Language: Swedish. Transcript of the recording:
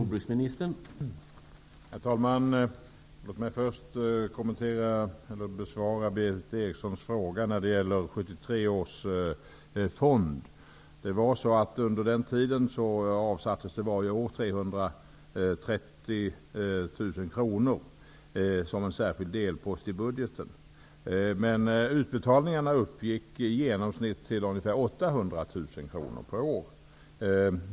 Herr talman! Låt mig först besvara Berith Erikssons fråga om 1973 års fond. Under den tiden avsattes varje år 330 000 kronor som en särskild delpost i budgeten. Men utbetalningarna uppgick i genomsnitt till ungefär 800 000 kronor per år.